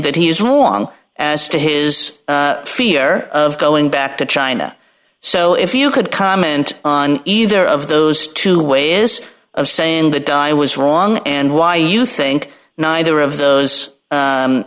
that he is wrong as to his fear of going back to china so if you could comment on either of those two way is i'm saying the di was wrong and why you think neither of those